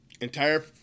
entire